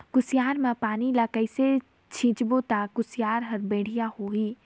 कुसियार मा पानी ला कइसे सिंचबो ता कुसियार हर बेडिया होही?